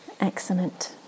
Excellent